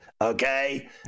Okay